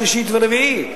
שלישית ורביעית.